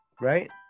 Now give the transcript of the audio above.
right